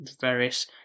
various